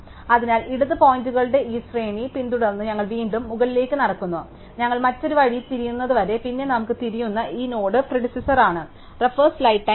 അതിനാൽ ഇടത് പോയിന്ററുകളുടെ ഈ ശ്രേണി പിന്തുടർന്ന് ഞങ്ങൾ വീണ്ടും മുകളിലേക്ക് നടക്കുന്നു ഞങ്ങൾ മറ്റൊരു വഴി തിരിയുന്നതുവരെ പിന്നെ നമുക്ക് തിരിയുന്ന ഈ നോഡ് പ്രിഡിസെസാർ ആണ്